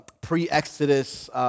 pre-Exodus